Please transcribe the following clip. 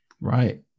Right